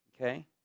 Okay